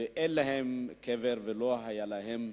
ואין להם קבר ולא היה להם,